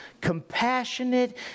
compassionate